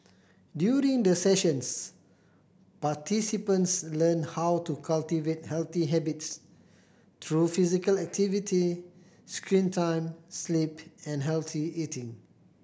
during the sessions participants learn how to cultivate healthy habits through physical activity screen time sleep and healthy eating